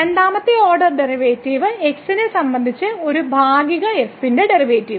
രണ്ടാമത്തെ order derivative x നെ സംബന്ധിച്ച് ഒരു ഭാഗിക f ന്റെ ഡെറിവേറ്റീവ്